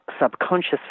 subconscious